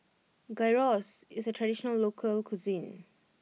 Gyros is a traditional local cuisine